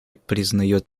признает